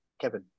Kevin